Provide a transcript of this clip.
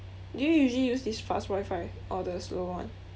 do you usually use this fast wifi or the slower one